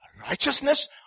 Righteousness